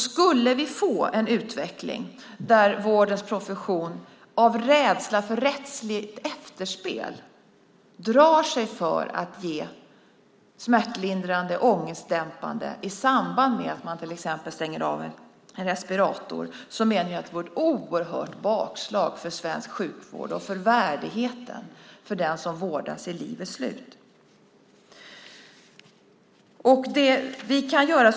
Skulle vi få en utveckling där vårdens profession av rädsla för rättsligt efterspel drar sig för att ge smärtlindrande och ångestdämpande i samband med att man till exempel stänger av en respirator vore det ett oerhört bakslag för svensk sjukvård och för värdigheten för den som vårdas vid livets slut.